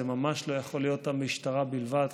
זה ממש לא יכול להיות המשטרה בלבד,